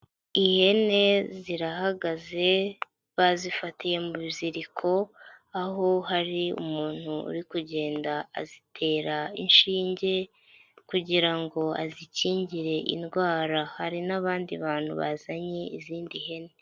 Ihene zirahagaze bazifatiye mu biziriko, aho hari umuntu uri kugenda azitera inshinge kugira ngo azikingire indwara. Hari n'abandi bantu bazanye izindi hene.